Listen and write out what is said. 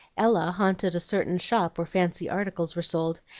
ella haunted a certain shop where fancy articles were sold,